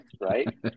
Right